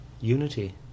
Unity